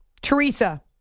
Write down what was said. Teresa